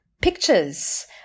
pictures